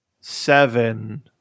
seven